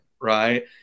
right